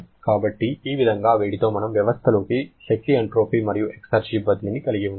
కాబట్టి ఈ విధంగా వేడితో మనం వ్యవస్థలోకి శక్తి ఎంట్రోపీ మరియు ఎక్సర్జి బదిలీని కలిగి ఉండవచ్చు